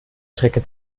strecke